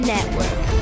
Network